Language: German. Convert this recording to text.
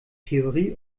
theorie